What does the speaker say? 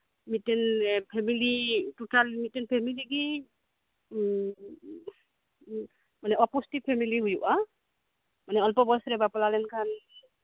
ᱢᱤᱫ ᱴᱟᱱ family total ᱢᱤᱫᱴᱮᱡ ᱯᱷᱮᱢᱮᱞᱤ ᱜᱮ ᱮᱜ ᱚᱯᱚᱥᱴᱤ ᱯᱷᱮᱢᱮᱞᱤ ᱦᱩᱭᱩᱜᱼᱟ ᱢᱟᱱᱮ ᱚᱞᱯᱚ ᱵᱚᱭᱚᱥ ᱨᱮ ᱵᱟᱯᱞᱟ ᱞᱮᱱᱠᱷᱟᱱ